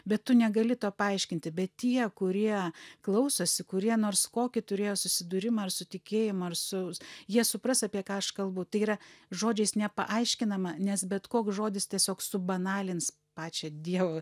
bet tu negali to paaiškinti bet tie kurie klausosi kurie nors kokį turėjo susidūrimą ar su tikėjimu ar su jie supras apie ką aš kalbu tai yra žodžiais nepaaiškinama nes bet koks žodis tiesiog subanalins pačią dievo